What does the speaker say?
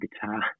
guitar